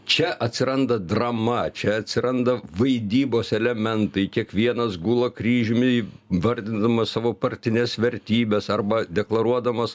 čia atsiranda drama čia atsiranda vaidybos elementai kiekvienas gula kryžiumi vardindamas savo partines vertybes arba deklaruodamas